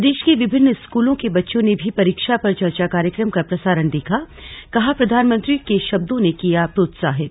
प्रदेश के विभिन्न स्कूलों के बच्चों ने भी परीक्षा पर चर्चा कार्यक्रम का प्रसारण देखाकहा प्रधानमंत्री के शब्दों ने किया प्रोत्साहित